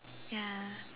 ya